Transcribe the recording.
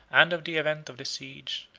and of the event of the siege,